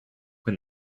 when